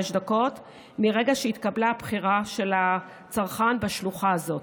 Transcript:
דקות מרגע שהתקבלה הבחירה של הצרכן בשלוחה הזאת.